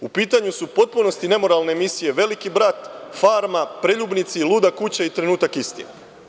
U pitanju su u potpunosti nemoralne emisije „Veliki brat“, „Farma“, „Preljubnici“, „Luda kuća“ i „Trenutak istine“